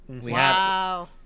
Wow